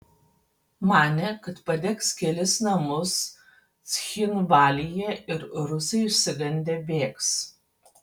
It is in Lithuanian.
manė kad padegs kelis namus cchinvalyje ir rusai išsigandę bėgs